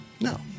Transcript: no